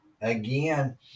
again